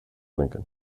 lincoln